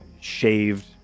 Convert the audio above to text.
shaved